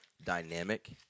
dynamic